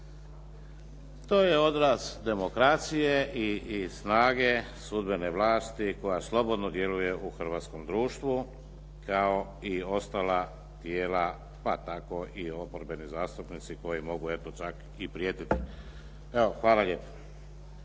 To je odraz demokracije i snage sudbene vlasti koja slobodno djeluje u hrvatskom društvu kao i ostala tijela pa tako i oporbeni zastupnici koji mogu eto čak i prijetiti. Hvala lijepa.